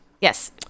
Yes